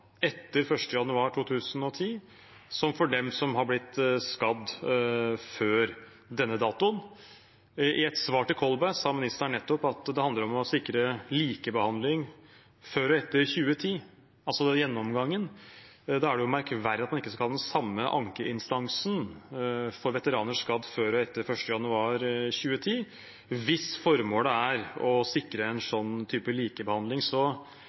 etter 1. januar 2010 som for dem som har blitt skadd før denne datoen. I et svar til representanten Kolberg sa ministeren nettopp at gjennomgangen handler om å sikre likebehandling før og etter 2010. Da er det merkverdig at man ikke skal ha den samme ankeinstansen for veteraner skadd før og etter 1. januar 2010, hvis formålet er å sikre en slik likebehandling.